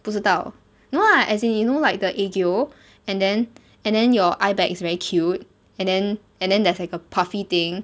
不知道 no ah as in you know like the aegyo and then and then your eye bag is very cute and then and then there's like a puffy thing